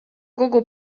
kogu